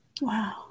Wow